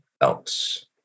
else